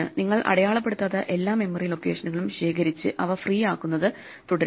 നിങ്ങൾ അടയാളപ്പെടുത്താത്ത എല്ലാ മെമ്മറി ലൊക്കേഷനുകളും ശേഖരിച്ച് അവ ഫ്രീ ആക്കുന്നത് തുടരുക